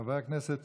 חבר הכנסת